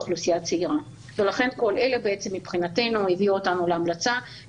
אוכלוסייה צעירה הביאו אותנו להמלצה